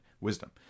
wisdom